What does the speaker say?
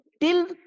till